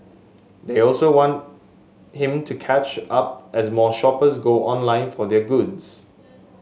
they also want him to catch up as more shoppers go online for their goods